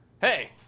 hey